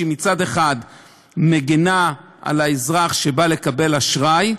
שמצד אחד מגינה על האזרח שבא לקבל אשראי,